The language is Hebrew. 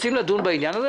רוצים לדון בעניין הזה?